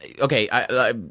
Okay